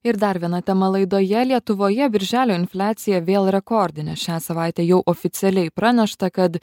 ir dar viena tema laidoje lietuvoje birželio infliacija vėl rekordinė šią savaitę jau oficialiai pranešta kad